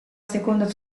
seconda